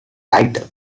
title